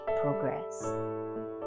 progress